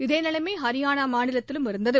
இதே நிலைமை ஹரியானா மாநிலத்திலும் இருந்தது